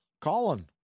colin